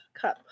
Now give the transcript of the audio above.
Cup